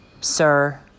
Sir